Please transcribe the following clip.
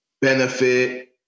benefit